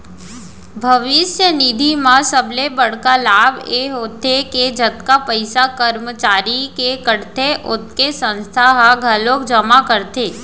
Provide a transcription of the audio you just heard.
भविस्य निधि म सबले बड़का लाभ ए होथे के जतका पइसा करमचारी के कटथे ओतके संस्था ह घलोक जमा करथे